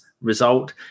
Result